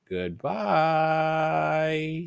Goodbye